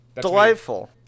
Delightful